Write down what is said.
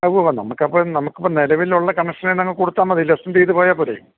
ആ ഉവ്വ് ഉവ്വ് നമുക്ക് അപ്പോൾ നമുക്ക് ഇപ്പോൾ നിലവിലുള്ള കണക്ഷൻ തന്നെ അങ്ങു കൊടുത്താൽ മതി എക്സ്റ്റൻഡ് ചെയ്ത് പോയാൽ പോരെ